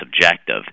subjective